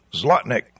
Zlotnick